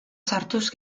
sartuz